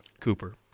Cooper